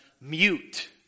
mute